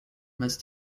miss